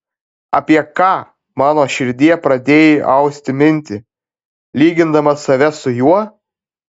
apie ką mano širdie pradėjai austi mintį lygindama save su juo